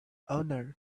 honour